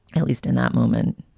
at least in that moment,